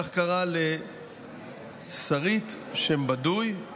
כך קרה לשרית, שם בדוי,